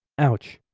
ouch.